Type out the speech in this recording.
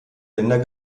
länder